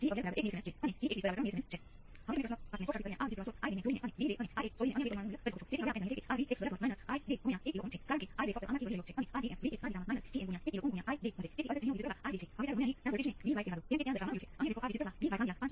હવે આ પહેલા મેં આ બધું જ કર્યું છે અને તેનો આલેખ દોર્યો છે કારણ કે કેટલીકવાર જ્યારે તમે લાગણી ગુમાવી શકો છો કે શા માટે તે આ રીતે છે અને તેને આપણે અગાઉ ગ્રાફિકલી ઘટશે એટલે વિદ્યુત પ્રવાહ પણ ઘટશે